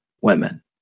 women